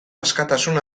askatasun